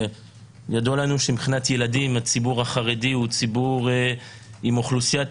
ידוע שציבור החרדים הוא ציבור עם אוכלוסיית